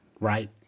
right